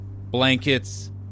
blankets